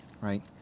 right